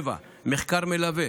7. מחקר מלווה,